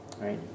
right